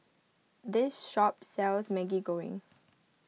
this shop sells Maggi Goreng